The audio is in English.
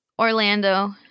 Orlando